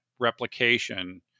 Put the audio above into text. replication